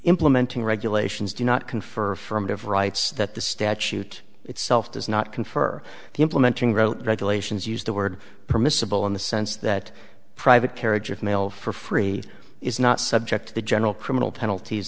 implementing regulations do not confer firmat of rights that the statute itself does not confer the implementing wrote regulations used the word permissible in the sense that private carriage of mail for free is not subject to the general criminal penalties